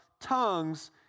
Tongues